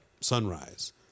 sunrise